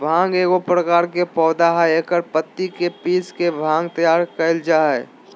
भांग एगो प्रकार के पौधा हइ एकर पत्ति के पीस के भांग तैयार कइल जा हइ